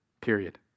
period